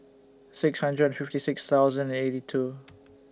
six hundred fifty six thousand and eighty two